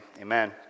amen